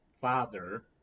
father